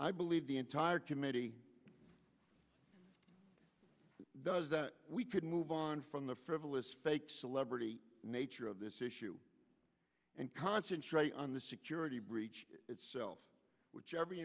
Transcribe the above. i believe the entire committee does that we could move on from the frivolous fake celebrity nature of this issue and concentrate on the security breach itself which every